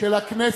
של הכנסת,